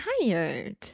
tired